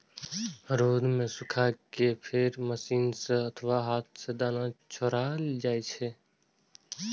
रौद मे सुखा कें फेर मशीन सं अथवा हाथ सं दाना छोड़ायल जाइ छै